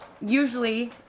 usually